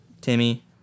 Timmy